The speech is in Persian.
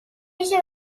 میشه